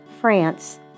France